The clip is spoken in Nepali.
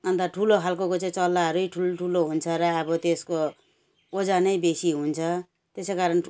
अन्त ठुलो खालेको चाहिँ चल्लाहरू ठुल्ठुलो हुन्छ र अब त्यसको ओजनै बेसी हुन्छ त्यसै कारण